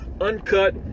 Uncut